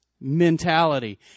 mentality